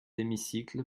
hémicycle